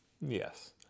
yes